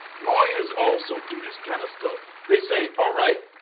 lawyers also do this kind of stuff. they say, all right,